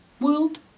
world